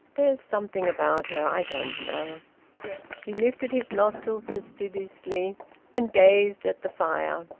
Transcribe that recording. there's something about her. i don't know he lifted his nostrils fastidiously and gazed at the fire.